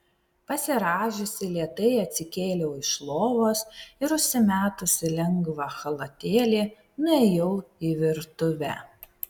pasirąžiusi lėtai atsikėliau iš lovos ir užsimetusi lengvą chalatėlį nuėjau į virtuvę